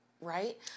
Right